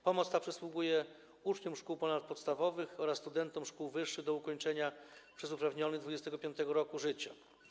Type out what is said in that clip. Pomoc ta przysługuje uczniom szkół ponadpodstawowych oraz studentom szkół wyższych do ukończenia przez uprawnionych 25. roku życia.